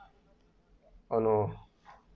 oh no